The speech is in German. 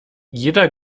jeder